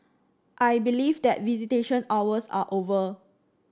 I believe that visitation hours are over